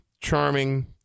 charming